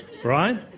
Right